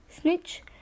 snitch